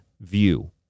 view